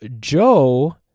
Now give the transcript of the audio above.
Joe